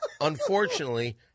Unfortunately